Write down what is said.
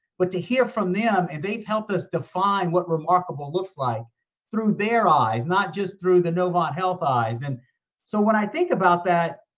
but to hear from them and they've helped us define what remarkable looks like through their eyes, not just through the novant health eyes. and so when i think about that,